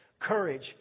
courage